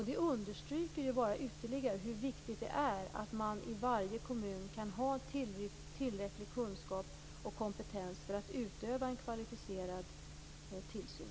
Det understryker bara ytterligare hur viktigt det är att man i varje kommun kan ha tillräcklig kunskap och kompetens för att utöva en kvalificerad tillsyn.